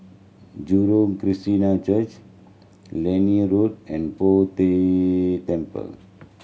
Jurong Christiana Church Liane Road and Poh Day Temple